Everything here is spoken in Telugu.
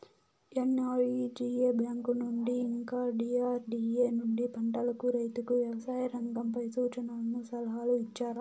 ఎన్.ఆర్.ఇ.జి.ఎ బ్యాంకు నుండి ఇంకా డి.ఆర్.డి.ఎ నుండి పంటలకు రైతుకు వ్యవసాయ రంగంపై సూచనలను సలహాలు ఇచ్చారా